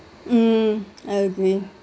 mm I agree